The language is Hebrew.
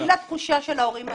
בשביל התחושה של ההורים האלה,